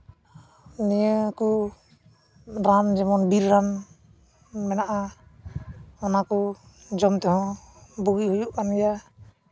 ᱱᱤᱭᱟᱹ ᱠᱚ ᱨᱟᱱ ᱡᱮᱢᱚᱱ ᱵᱤᱨ ᱨᱟᱱ ᱢᱮᱱᱟᱜᱼᱟ ᱚᱱᱟ ᱠᱚ ᱡᱚᱢ ᱛᱮᱦᱚᱸ ᱵᱩᱜᱤ ᱦᱩᱭᱩᱜ ᱠᱟᱱ ᱜᱮᱭᱟ